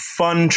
fun